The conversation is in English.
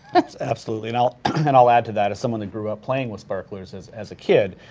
absolutely and i'll and i'll add to that. as someone who grew up playing with sparklers as as a kid,